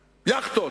יאכטות.